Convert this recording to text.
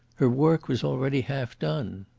her work was already half done.